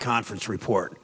the conference report